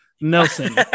Nelson